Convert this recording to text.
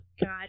God